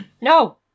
no